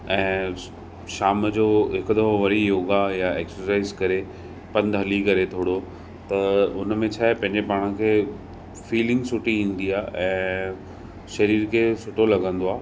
ऐं शाम जो हिकु दफ़ो वरी योगा या एक्सरसाइज़ करे पंधु हली करे थोरो त हुनमें छा आहे पंहिंजे पाण खे फीलिंग सुठी ईंदी आहे ऐं शरीर खे सुठो लॻंदो आहे